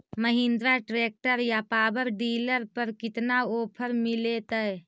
Mahindra tractor या power dealer पर कितना ओफर मीलेतय?